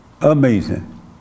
Amazing